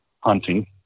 hunting